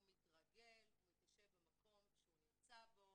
הוא מתרגל, הוא מתיישב במקום שהוא נמצא בו,